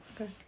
Okay